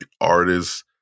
artists